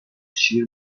شیر